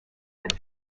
that